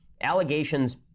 allegations